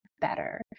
better